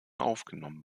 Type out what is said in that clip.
aufgenommen